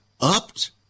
upped